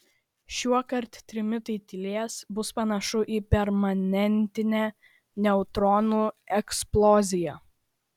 šiuokart trimitai tylės bus panašu į permanentinę neutronų eksploziją